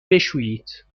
بشویید